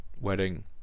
wedding